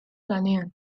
lanean